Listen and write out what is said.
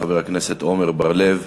חבר הכנסת עמר בר-לב.